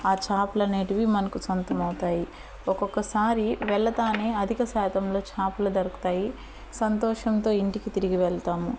ఆ చాపలనేటివి మనకు సొంతమవుతాయి ఒకొక్కసారి వెళ్ళతానే అధిక శాతంలో చాపలు దొరకుతాయి సంతోషంతో ఇంటికి తిరిగి వెళ్తాము